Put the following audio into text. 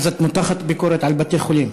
אז את מותחת ביקורת על בתי-חולים.